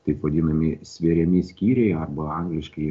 taip vadinami sveriami skyriai arba angliškai